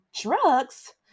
Drugs